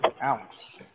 ouch